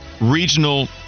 Regional